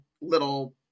little